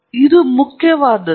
ಆದ್ದರಿಂದ ಇದು ಮುಖ್ಯವಾದುದು